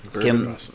Kim